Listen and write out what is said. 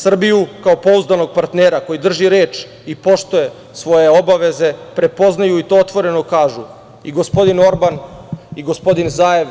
Srbiju kao pouzdanog partera koji drži reč i poštuje svoje obaveze prepoznaju, i to otvoreno kažu, i gospodin Orban i gospodin Zajev